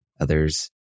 others